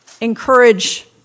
encourage